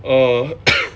err